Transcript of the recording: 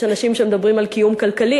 יש אנשים שמדברים על קיום כלכלי,